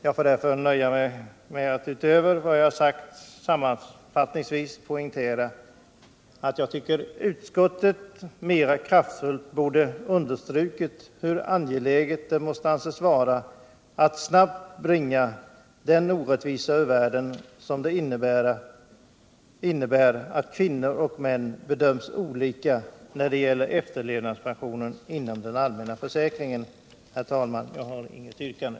Jag får därför nöja mig med att, utöver vad jag har sagt, sammanfattningsvis poängtera att jag tycker utskottet mera kraftfullt borde ha understrukit hur angeläget det måste anses vara att snabbt bringa den orättvisa ur världen, som det innebär att kvinnor och män bedöms olika när det gäller efterlevandepensionen inom den allmänna försäkringen. Herr talman! Jag har inget yrkande.